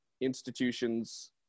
institutions